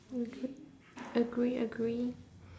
okay agree agree